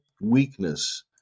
weakness